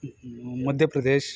ಮ್ Madhya Pradesh